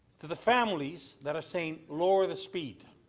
to the families that are saying lowering the speed.